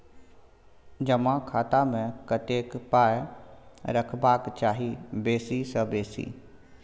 जमा खाता मे कतेक पाय रखबाक चाही बेसी सँ बेसी?